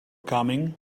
coming